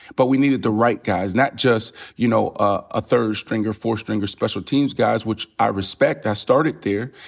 but we needed the right guys, not just, you know, a third stringer, fourth stringer, special teams guys, which i respect. i started there.